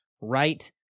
right